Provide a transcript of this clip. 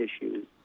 issues